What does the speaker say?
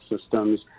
systems